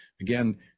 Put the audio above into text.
Again